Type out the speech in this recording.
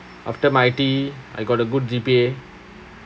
after my I_T_E I got a good G_P_A